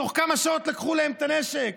תוך כמה שעות לקחו להם את הנשק,